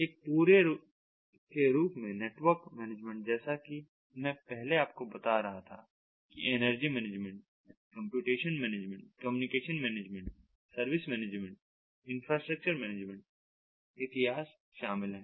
एक पूरे के रूप में नेटवर्क मैनेजमेंट जैसा कि मैं पहले आपको बता रहा था कि energy management computation management communication management service management infrastructure management इतिहास शामिल है